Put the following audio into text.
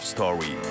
Story